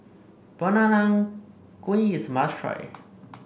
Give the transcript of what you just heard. Peranakan Kueh is a must try